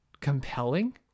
compelling